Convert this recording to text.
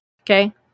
Okay